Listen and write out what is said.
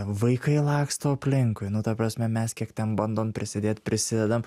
vaikai laksto aplinkui nu ta prasme mes kiek ten bandom prisidėt prisidedam